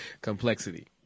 complexity